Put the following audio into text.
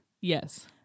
Yes